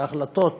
והחלטות